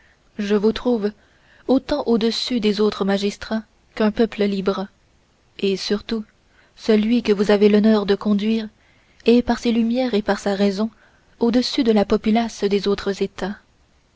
je vous trouve autant au-dessus des autres magistrats qu'un peuple libre et surtout celui que vous avez l'honneur de conduire est par ses lumières et par sa raison au-dessus de la populace des autres états